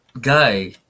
guy